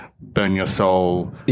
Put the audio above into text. burn-your-soul